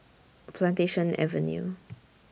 Plantation Avenue